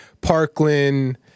Parkland